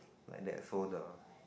like that so the